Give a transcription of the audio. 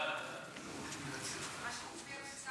ההצעה להעביר את הנושא